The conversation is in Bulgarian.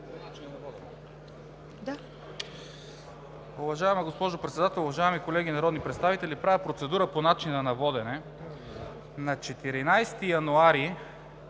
Уважаема госпожо Председател, уважаеми колеги народни представители, правя процедура по начина на водене. На 14 януари